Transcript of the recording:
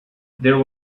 there